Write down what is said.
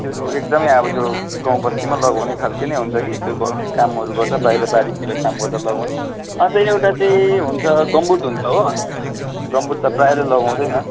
त्यो एकदमै अब त्यो गाउँ बस्तीमा लगाउने खालको नै हुन्छ कि कामहरू गर्दा बाहिर बारीतिर काम गर्दा लगाउने अन्त एउटा चाहिँ हुन्छ गम्बुट हुन्छ हो गम्बुट त प्रायःले लगाउँदैन